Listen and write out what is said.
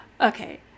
Okay